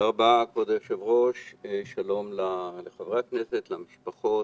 תודה רבה, כבוד היושב-ראש, חברי הכנסת, המשפחות,